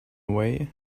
way